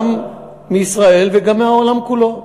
גם מישראל וגם מהעולם כולו.